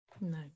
No